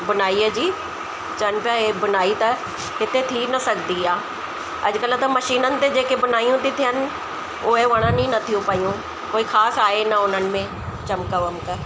बुनाईअ जी चइनि पिया हे बुनाई त हिते थी न सघंदी आहे अॼुकल्ह त मशीननि ते जेके बुनाइयूं थी थियनि उहे वणण ई नथियूं पियूं कोई ख़ासि आहे न उन्हनि में चिमक वमक